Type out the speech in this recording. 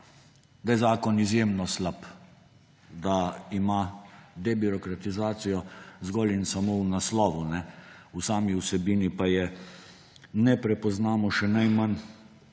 da je zakon izjemno slab, da ima debirokratizacijo zgolj in samo v naslovu, v sami vsebini pa je ne prepoznamo, še najmanj